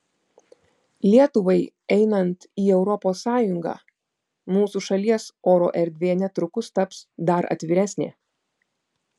lietuvai einant į europos sąjungą mūsų šalies oro erdvė netrukus taps dar atviresnė